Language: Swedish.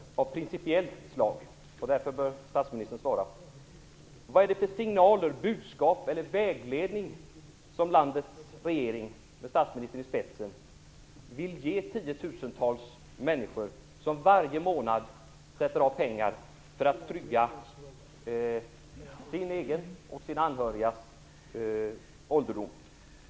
De är av principiellt slag, och därför bör statsministern svara. Vad är det för signaler, budskap eller vägledning som landets regering med statsministern i spetsen vill ge de tiotusentals människor som varje månad sätter av pengar inom ramen för olika avtal för att trygga sin egen och sina anhörigas ålderdom?